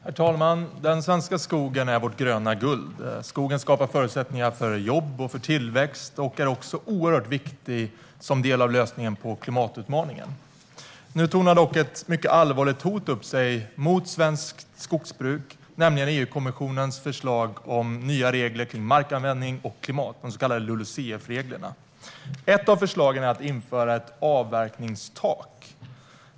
Herr talman! Den svenska skogen är vårt gröna guld. Skogen skapar förutsättningar för jobb och tillväxt, och den är oerhört viktig som en del av lösningen på klimatutmaningen. Nu tornar dock ett allvarligt hot mot svenskt skogsbruk upp sig, nämligen EU-kommissionens förslag om nya regler för markanvändning och klimat, de så kallade LULUCF-reglerna. Ett av förslagen är att införa ett avverkningstak.